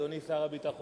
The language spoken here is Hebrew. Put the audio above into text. אדוני שר הביטחון,